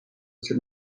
sur